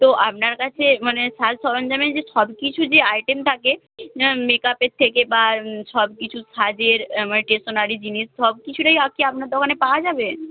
তো আপনার কাছে মানে সাজ সরঞ্জামের যে সব কিছু যে আইটেম থাকে মেকআপের থেকে বা সব কিছু সাজের মানে টেশনারি জিনিস সব কিছুটাই কি আপনার দোকানে পাওয়া যাবে